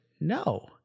no